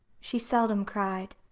she seldom cried.